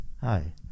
Hi